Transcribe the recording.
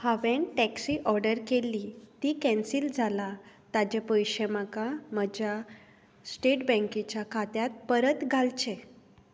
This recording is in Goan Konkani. हांवें टॅक्सी ओडर्र केल्ली ती कॅन्सील जालां ताजे पयशें म्हाका म्हज्या स्टेट बँकीच्या खात्यात परत घालचे